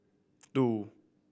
two